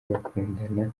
bakundana